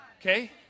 Okay